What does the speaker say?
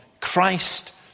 Christ